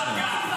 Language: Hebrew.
לא שמעתי מה אמרת.